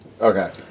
Okay